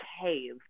cave